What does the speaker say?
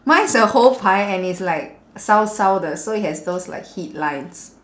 mine is a whole pie and it's like 烧烧的 so it has those like heat lines